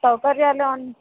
సౌకర్యాలు